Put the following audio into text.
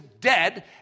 dead